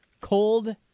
cold